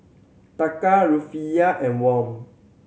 Taka Rufiyaa and Won